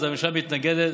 אז הממשלה מתנגדת,